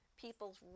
people's